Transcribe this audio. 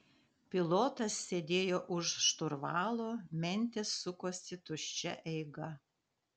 pilotas sėdėjo už šturvalo mentės sukosi tuščia eiga